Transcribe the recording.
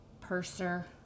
purser